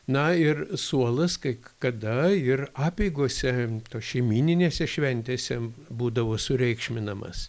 na ir suolas kai kada ir apeigose tos šeimyninėse šventėse būdavo sureikšminamas